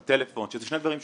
בטלפון, שזה שני דברים שונים.